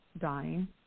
dying